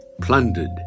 plundered